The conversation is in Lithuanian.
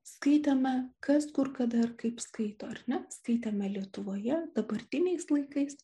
skaitėme kas kur kada ir kaip skaito ar ne skaitėme lietuvoje dabartiniais laikais